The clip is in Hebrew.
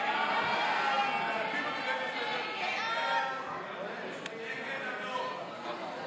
ההצעה להעביר את הצעת חוק שיפוט בתי דין דתיים (בוררות),